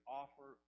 offer